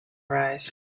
arise